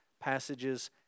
passages